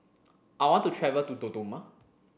I want to travel to Dodoma